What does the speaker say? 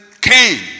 Cain